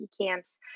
camps